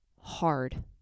hard